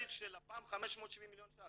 התקציב של לפ"מ הוא 570 מיליון ₪.